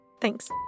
Thanks